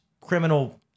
criminal